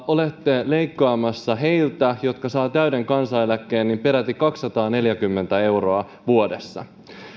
olette leikkaamassa niiltä jotka saavat täyden kansaneläkkeen peräti kaksisataaneljäkymmentä euroa vuodessa